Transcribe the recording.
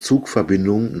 zugverbindungen